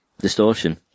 Distortion